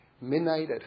midnight